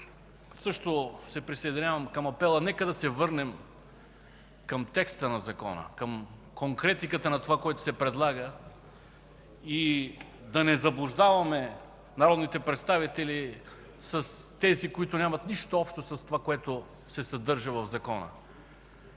също се присъединявам към апела: нека да се върнем към текста на Закона, към конкретиката на това, което се предлага и да не заблуждаваме народните представители с тези, които нямат нищо общо с това, което се съдържа в Закона.